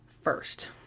first